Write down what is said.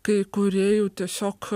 kai kurie jau tiesiog